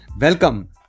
welcome